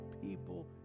people